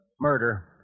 murder